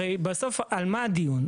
הרי, בסוף, על מה הדיון?